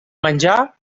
menjar